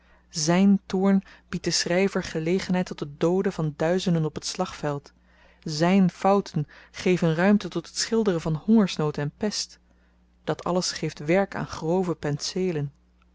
zyn toorn biedt den schryver gelegenheid tot het dooden van duizenden op t slagveld zyn fouten geven ruimte tot het schilderen van hongersnood en pest dat alles geeft werk aan grove penseelen